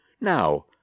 Now